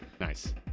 Nice